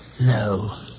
No